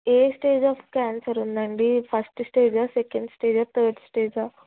A stage of cancer ఉందండి first స్టేజా second స్టేజా థర్డ్ స్టేజా